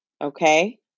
Okay